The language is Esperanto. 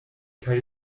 kaj